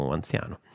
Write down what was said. anziano